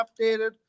updated